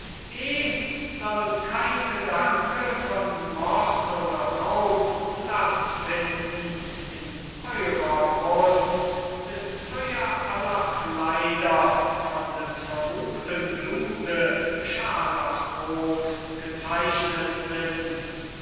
soll kein gedanke von mord oder raub platz finden in eurer brust bis euer aller kleider von des verruchten blute scharlachroth gezeichnet sind